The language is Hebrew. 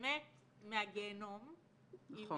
באמת מהגיהינום -- נכון.